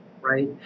right